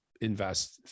invest